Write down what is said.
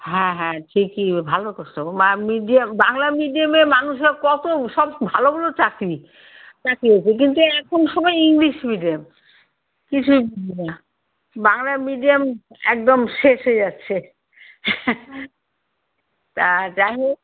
হ্যাঁ হ্যাঁ ঠিকই ভালো করছো গো মা মিডিয়াম বাংলা মিডিয়ামে মানুষরা কতো সব ভালো ভালো চাকরি পাচ্ছে কিন্তু এখন সবাই ইংলিশ মিডিয়াম কিছুই বুঝি না বাংলা মিডিয়াম একদম শেষ হয়ে যাচ্ছে তা যাই হোক